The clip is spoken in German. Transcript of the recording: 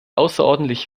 außerordentlich